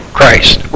Christ